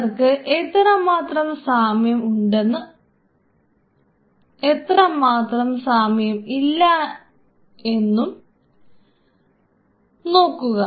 അവർക്ക് എത്രമാത്രം സാമ്യം ഉണ്ടെന്നും എത്രമാത്രം സാമ്യം ഇല്ലായ്മ ഉണ്ടെന്നും നോക്കുക